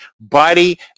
Buddy